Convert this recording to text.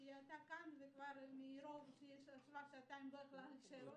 שהייתה כאן ואחרי שישבה שעתיים כבר לא יכלה להישאר,